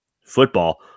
football